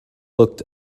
looked